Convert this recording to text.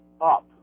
up